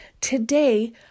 today